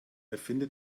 erfinde